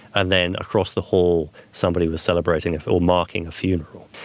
and then across the hall somebody was celebrating or marking a funeral.